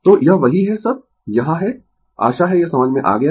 तो यह वही है सब यहाँ है आशा है यह समझ में आ गया है